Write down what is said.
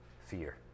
fear